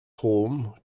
home